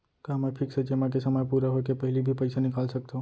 का मैं फिक्स जेमा के समय पूरा होय के पहिली भी पइसा निकाल सकथव?